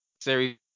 series